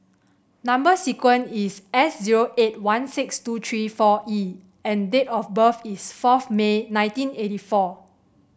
number sequence is S zero eight one six two three four E and date of birth is fourth May nineteen eighty four